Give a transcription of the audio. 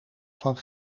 van